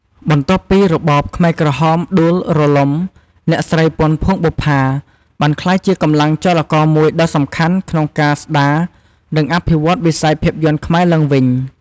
បន្ទាប់ពីរបបខ្មែរក្រហមដួលរលំ អ្នកស្រី ពាន់ ភួងបុប្ផា បានក្លាយជាកម្លាំងចលករមួយដ៏សំខាន់ក្នុងការស្ដារ និងអភិវឌ្ឍវិស័យភាពយន្តខ្មែរឡើងវិញ។